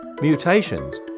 Mutations